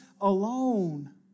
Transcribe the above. alone